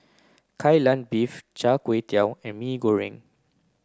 Kai Lan Beef Char Kway Teow and Mee Goreng